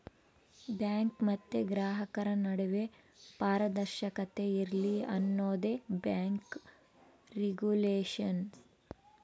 bank ಮತ್ತೆ ಗ್ರಾಹಕರ ನಡುವೆ ಪಾರದರ್ಶಕತೆ ಇರ್ಲಿ ಅನ್ನೋದೇ ಬ್ಯಾಂಕ್ ರಿಗುಲೇಷನ್